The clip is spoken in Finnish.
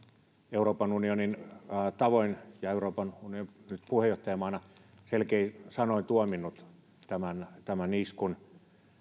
euroopan unionin tavoin ja nyt euroopan unionin puheenjohtajamaana selkein sanoin tuominnut tämän tämän iskun